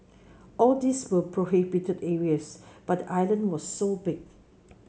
all these were prohibited areas but the island was so big